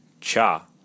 cha